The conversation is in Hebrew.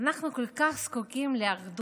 אנחנו כל כך זקוקים לאחדות,